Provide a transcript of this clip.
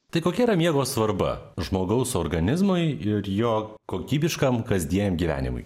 tai kokia yra miego svarba žmogaus organizmui ir jo kokybiškam kasdieniam gyvenimui